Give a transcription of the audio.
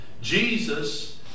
Jesus